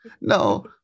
no